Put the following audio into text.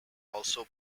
also